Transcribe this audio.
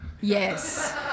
Yes